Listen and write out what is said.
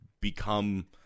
become